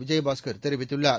விஜயபாஸ்கர் தெரிவித்துள்ளார்